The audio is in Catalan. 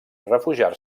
refugiar